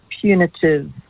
punitive